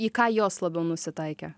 į ką jos labiau nusitaikė